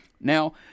Now